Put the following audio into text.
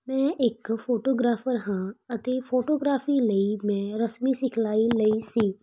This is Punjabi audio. ਮੈਂ ਇੱਕ ਫੋਟੋਗ੍ਰਾਫਰ ਹਾਂ ਅਤੇ ਫੋਟੋਗ੍ਰਾਫੀ ਲਈ ਮੈਂ ਰਸਮੀ ਸਿਖਲਾਈ ਲਈ ਸੀ